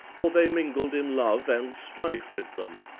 for they mingled in love and strife with them.